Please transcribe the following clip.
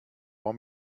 want